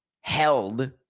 held